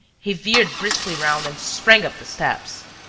he veered briskly round and sprang up the steps.